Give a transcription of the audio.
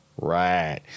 Right